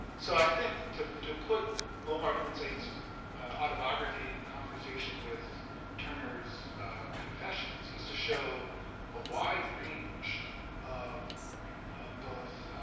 so i think to to put omar ibn said's autobiography in conversation with turner's confessions is to show a wide range of of both